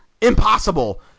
impossible